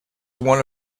one